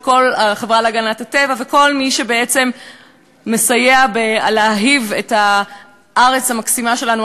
של כל החברה להגנת הטבע וכל מי שמסייע להאהיב את הארץ המקסימה שלנו,